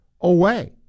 away